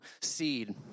seed